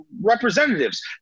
representatives